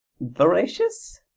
voracious